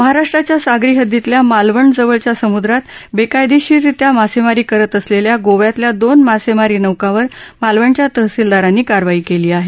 महाराष्ट्राच्या सागरी हददीतल्या मालवण जवळच्या समुद्रात बेकायदीशीररित्या मासेमारी करत असलेल्या गोव्यातल्या दोन मासेमारी नौकांवर मालवणच्या तहसीलदारांनी कारवाई केली आहे